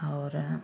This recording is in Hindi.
और